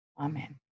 Amen